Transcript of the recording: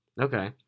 Okay